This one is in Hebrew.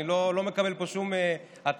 אני לא מקבל פה שום התניות.